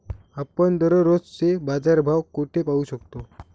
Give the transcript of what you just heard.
आपण दररोजचे बाजारभाव कोठे पाहू शकतो?